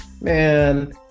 Man